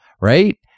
right